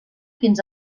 fins